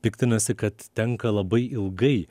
piktinasi kad tenka labai ilgai